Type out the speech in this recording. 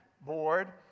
board